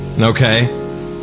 Okay